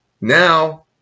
Now